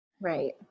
Right